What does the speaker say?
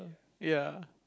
ya